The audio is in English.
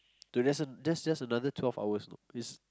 dude that's a that's just another twelve hours you know